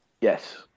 Yes